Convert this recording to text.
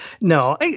No